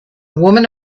woman